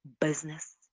business